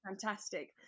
fantastic